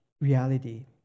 reality